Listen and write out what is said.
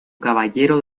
caballero